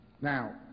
Now